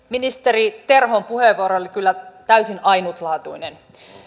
ministeri terhon puheenvuoro oli kyllä täysin ainutlaatuinen